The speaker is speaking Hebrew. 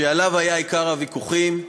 שעליו היה עיקר הוויכוחים,